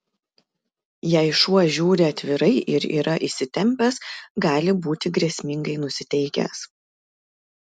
jei šuo žiūri atvirai ir yra įsitempęs gali būti grėsmingai nusiteikęs